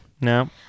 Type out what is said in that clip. no